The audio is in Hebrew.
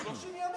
30 ימים.